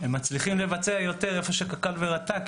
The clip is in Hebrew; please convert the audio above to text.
הם מצליחים לבצע יותר איפה שקק"ל ורט"ג,